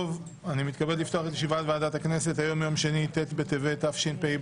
בוקר טוב, היום יום שני, ט' בטבת התשפ"ב,